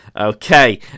okay